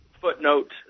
footnote